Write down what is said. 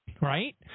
Right